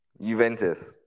Juventus